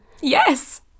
Yes